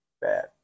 Bad